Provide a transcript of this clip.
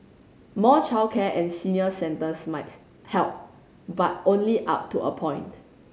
more childcare and senior centres might help but only up to a point